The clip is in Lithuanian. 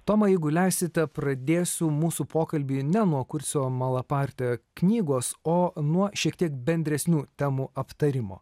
toma jeigu leisite pradėsiu mūsų pokalbį ne nuo kurcio malaparte knygos o nuo šiek tiek bendresnių temų aptarimo